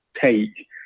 take